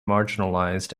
marginalized